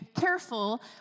careful